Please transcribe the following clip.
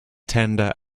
tender